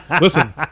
Listen